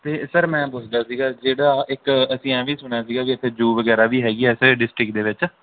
ਅਤੇ ਸਰ ਮੈਂ ਪੁੱਛਦਾ ਸੀਗਾ ਜਿਹੜਾ ਇੱਕ ਅਸੀਂ ਐਂ ਵੀ ਸੁਣਿਆ ਸੀਗਾ ਵੀ ਇੱਥੇ ਜੂਅ ਵਗੈਰਾ ਵੀ ਹੈਗੀ ਹੈ ਇਸ ਡਿਸਟ੍ਰਿਕਟ ਦੇ ਵਿੱਚ